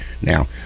now